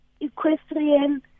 Equestrian